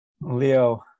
Leo